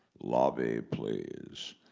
lobby please.